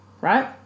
right